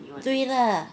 对 lah